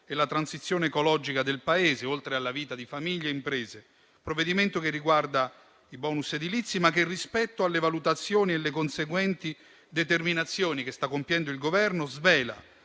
e la transizione ecologica del Paese, oltre alla vita di famiglie e imprese. È un provvedimento che riguarda i *bonus* edilizi, ma, che rispetto alle valutazioni e alle conseguenti determinazioni che sta compiendo il Governo, svela